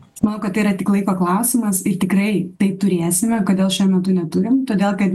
aš manau kad yra tik laiko klausimas ir tikrai tai turėsime kodėl šiuo metu neturim todėl kad